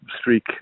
streak